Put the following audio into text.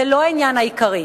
זה לא העניין העיקרי.